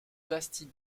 bastide